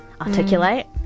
articulate